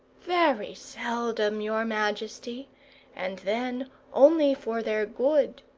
very seldom, your majesty and then only for their good.